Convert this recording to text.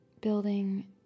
building